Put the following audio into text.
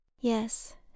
Yes